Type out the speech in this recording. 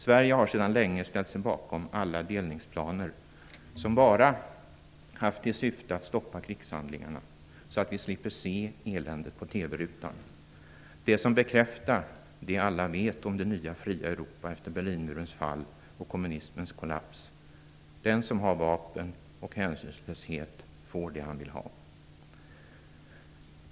Sverige har sedan länge ställt sig bakom alla delningsplaner, som bara haft till syfte att stoppa krigshandlingarna, så att vi slipper se eländet på TV-rutan, och som bekräftar det alla vet om det nya fria Europa efter Berlinmurens fall och kommunismens kollaps: Den som har vapnen och hänsynslösheten får det han vill ha.